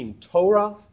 torah